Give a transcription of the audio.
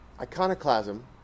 Iconoclasm